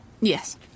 Yes